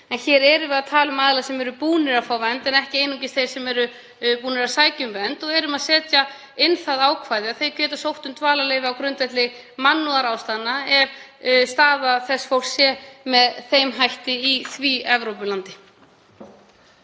En hér erum við að tala um aðila sem eru búnir að fá vernd en ekki einungis þeir sem eru búnir að sækja um vernd. Við erum að setja inn það ákvæði að þau geta sótt um dvalarleyfi á grundvelli mannúðarástæðna ef staða þess fólks er með þeim hætti í því Evrópulandi.